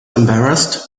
embarrassed